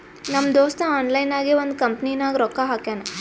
ನಮ್ ದೋಸ್ತ ಆನ್ಲೈನ್ ನಾಗೆ ಒಂದ್ ಕಂಪನಿನಾಗ್ ರೊಕ್ಕಾ ಹಾಕ್ಯಾನ್